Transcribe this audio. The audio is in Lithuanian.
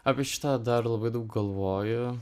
apie šitą dar labai daug galvoju